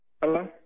Hello